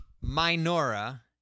minora